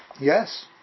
yes